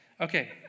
Okay